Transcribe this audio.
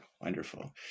Wonderful